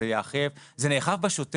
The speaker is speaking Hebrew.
זה נאכף בשוטף,